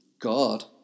God